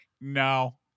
no